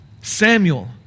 Samuel